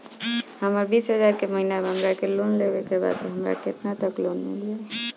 हमर बिस हजार के महिना बा हमरा के लोन लेबे के बा हमरा केतना तक लोन मिल जाई?